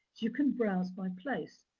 you can browse by place.